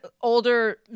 older